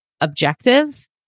objective